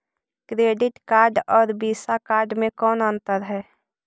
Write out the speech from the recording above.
Credit card और Visa card मे कौन अन्तर है?